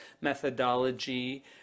methodology